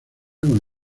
con